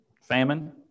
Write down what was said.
Famine